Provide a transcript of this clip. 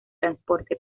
transporte